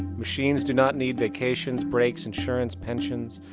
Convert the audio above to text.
machines do not need vacations, breaks, insurance, pensions,